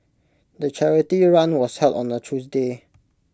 the charity run was held on A Tuesday